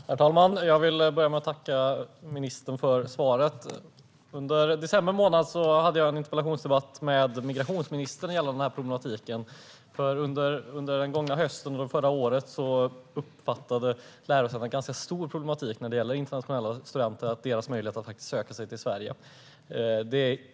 Herr talman! Jag vill börja med att tacka ministern för svaret. I december månad hade jag en interpellationsdebatt med migrationsministern gällande den här problematiken. Under förra året uppfattade lärosätena en ganska stor problematik med de internationella studenternas möjlighet att söka sig till Sverige.